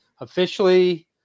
officially